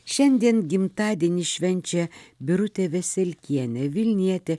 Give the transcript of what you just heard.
šiandien gimtadienį švenčia birutė veselkienė vilnietė